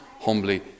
humbly